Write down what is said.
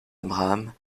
abraham